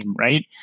right